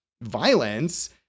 violence